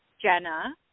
Jenna